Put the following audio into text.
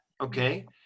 okay